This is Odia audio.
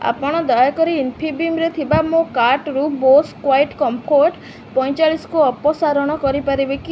ଆପଣ ଦୟାକରି ଇନ୍ଫିବିମ୍ରେ ଥିବା ମୋ କାର୍ଟରୁ ବୋଷ୍ କ୍ୱାଇଟ୍ କମ୍ଫୋର୍ଟ ପଇଁଚାଳଶିକୁ ଅପସାରଣ କରିପାରିବେ କି